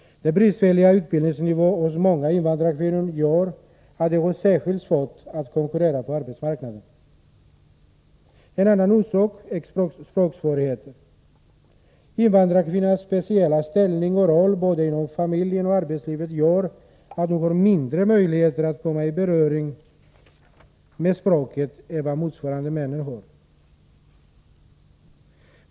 Den bristfälliga utbildningsnivån hos många invandrarkvinnor gör att de har särskilt svårt att konkurrera på arbetsmarknaden. En annan orsak är språksvårigheter. Invandrarkvinnornas speciella ställning och roll både inom familjen och i arbetslivet gör att de har mindre möjligheter att komma i beröring med språket än vad männen har.